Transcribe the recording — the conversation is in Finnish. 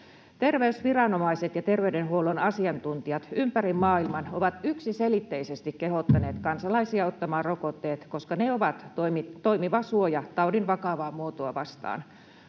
Terveysviranomaiset ja terveydenhuollon asiantuntijat ympäri maailman ovat yksiselitteisesti kehottaneet kansalaisia ottamaan rokotteet, koska ne ovat toimiva suoja taudin vakavaa muotoa vastaan.